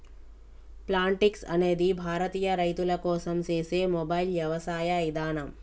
Plantix అనేది భారతీయ రైతుల కోసం సేసే మొబైల్ యవసాయ ఇదానం